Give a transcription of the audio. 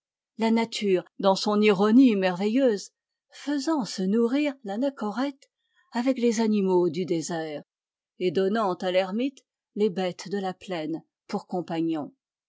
la nature dans son ironie merveilleuse faisant se nourrir l'anachorète avec les animaux du désert et donnant à l'ermite les bêtes de la plaine pour compagnons